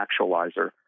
actualizer